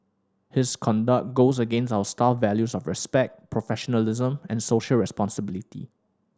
his conduct goes against our staff values of respect professionalism and social responsibility